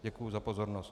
Děkuji za pozornost.